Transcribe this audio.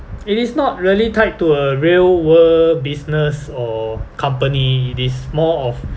it is not really tied to a real world business or company it is more of